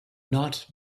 not